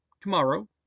tomorrow